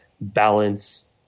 balance